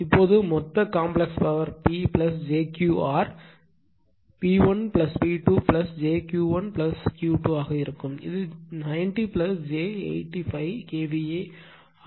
இப்போது மொத்த complex power P j Q P1 P2 j Q 1 Q 2 ஆக இருக்கும் இது 90 j 85 KVA ஆக மாறும்